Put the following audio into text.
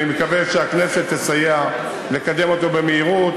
ואני מקווה שהכנסת תסייע לקדם אותו במהירות.